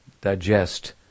digest